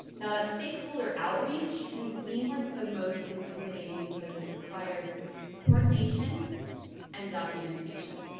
now, that stakeholder outreach can seem like the most intimidating because it requires coordination and documentation.